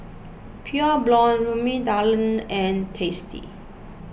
Pure Blonde Rimmel London and Tasty